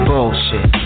Bullshit